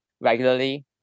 regularly